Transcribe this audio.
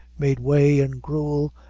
made whey and gruel,